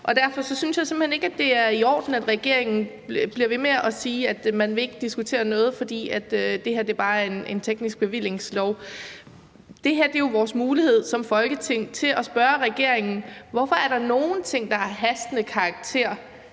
Derfor synes jeg simpelt hen ikke, at det er i orden, at regeringen bliver ved med at sige, at man ikke vil diskutere noget, fordi det her bare er en teknisk bevillingslov. Det her er jo vores mulighed som Folketing for at spørge regeringen, hvorfor der er nogle ting, der har hastende karakter